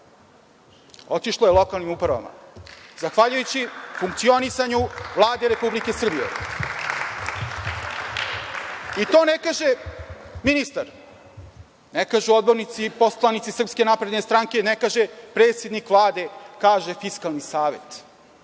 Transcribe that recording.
Otišlo je lokalnim upravama, zahvaljujući funkcionisanju Vlade Republike Srbije. I to ne kaže ministar, ne kažu odbornici i poslanici SNS, ne kaže predsednik Vlade, kaže Fiskalni savet.